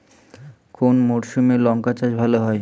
কোন মরশুমে লঙ্কা চাষ ভালো হয়?